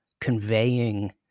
conveying